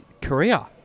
Korea